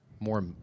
more